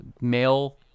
male